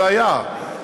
זה היה,